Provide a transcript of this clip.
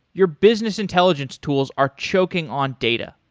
your business intelligence tools are choking on data.